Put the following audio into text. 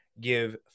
give